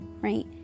right